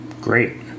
Great